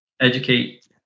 educate